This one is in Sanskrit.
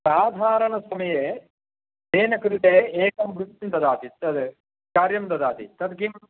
साधारणसमये तेन कृते एकं वृत्तिं ददाति तद् कार्यं ददाति तत् किं